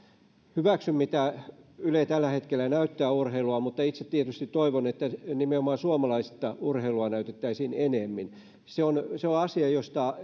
hyväksyn sen mitä urheilua yle tällä hetkellä näyttää mutta itse tietysti toivon että nimenomaan suomalaista urheilua näytettäisiin enemmän se on asia josta